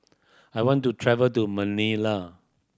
I want to travel to Manila